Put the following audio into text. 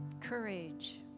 courage